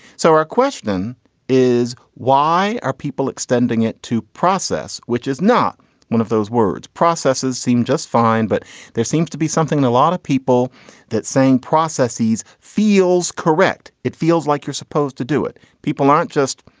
so our question is why are people extending it to process, which is not one of those words. processes seem just fine. but there seems to be something a lot of people that saying processes feels correct. it feels like you're supposed to do it. people aren't just,